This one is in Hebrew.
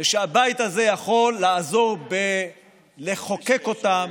ושהבית הזה יכול לעזור בלחוקק אותם,